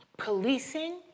policing